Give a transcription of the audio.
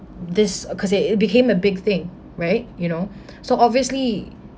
this of cause it it it became a big thing right you know so obviously